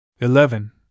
Eleven